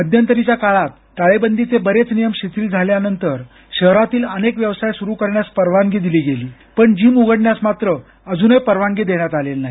मध्यंतरीच्या काळात टाळेबंदीचे बरेच नियम शिथिल झाल्यानंतर शहरातील अनेक व्यवसाय सुरू करण्यास परवानगी दिली गेली पण जिम उघडण्यास मात्र अजूनही परवानगी देण्यात आलेली नाही